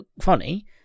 funny